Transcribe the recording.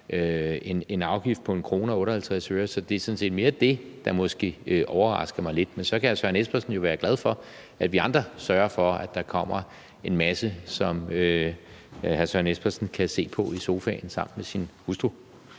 en afgift på 1 kr. og 58 øre; så det er sådan set mere det, der måske overrasker mig lidt. Men så kan hr. Søren Espersen jo være glad for, at vi andre sørger for, at der kommer en masse, som hr. Søren Espersen kan se på i sofaen sammen med sin hustru.